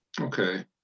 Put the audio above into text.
Okay